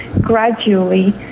gradually